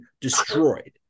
destroyed